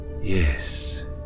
Yes